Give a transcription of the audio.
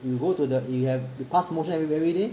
you go to the you have you pass motion every everyday